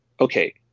okay